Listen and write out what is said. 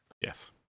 Yes